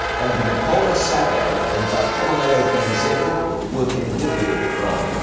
and nicola sacco and bartolomeo vanzetti were convicted of the crime.